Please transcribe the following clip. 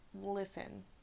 listen